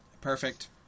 Perfect